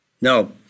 Now